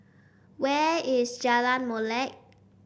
where is Jalan Molek